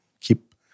keep